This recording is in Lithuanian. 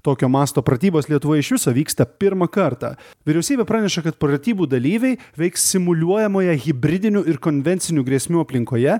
tokio masto pratybos lietuvoj iš viso vyksta pirmą kartą vyriausybė praneša kad pratybų dalyviai veiks simuliuojamoje hibridinių ir konvencinių grėsmių aplinkoje